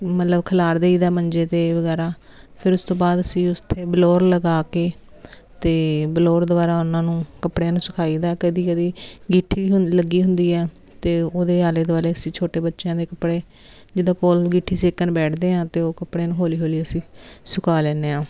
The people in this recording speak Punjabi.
ਮਤਲਬ ਖਿਲਾਰ ਦੇਈਦਾ ਮੰਜੇ 'ਤੇ ਵਗੈਰਾ ਫਿਰ ਉਸ ਤੋਂ ਬਾਅਦ ਅਸੀਂ ਉਸ 'ਤੇ ਬਲੋਰ ਲਗਾ ਕੇ ਅਤੇ ਬਲੋਰ ਦੁਆਰਾ ਉਹਨਾਂ ਨੂੰ ਕੱਪੜਿਆਂ ਨੂੰ ਸੁਕਾਈਦਾ ਕਦੀ ਕਦੀ ਗਿੱਠੀ ਵੀ ਲੱਗੀ ਹੁੰਦੀ ਆ ਅਤੇ ਉਹਦੇ ਆਲੇ ਦੁਆਲੇ ਅਸੀਂ ਛੋਟੇ ਬੱਚਿਆਂ ਦੇ ਕੱਪੜੇ ਜਿੱਦਾਂ ਕੋਲ ਅੰਗੀਠੀ ਸੇਕਣ ਬੈਠਦੇ ਹਾਂ ਅਤੇ ਉਹ ਕੱਪੜੇ ਨੂੰ ਹੌਲੀ ਹੌਲੀ ਅਸੀਂ ਸੁਕਾ ਲੈਂਦੇ ਹਾਂ